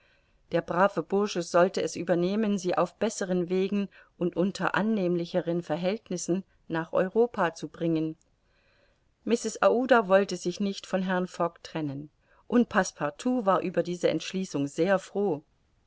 der brave bursche sollte es übernehmen sie auf besseren wegen und unter annehmlicheren verhältnissen nach europa zu bringen mrs aouda wollte sich nicht von herrn fogg trennen und passepartout war über diese entschließung sehr froh